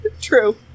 True